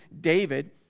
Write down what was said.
David